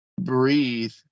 breathe